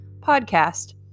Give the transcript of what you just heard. podcast